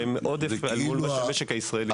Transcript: שהם עודף אל מול המשק הישראלי,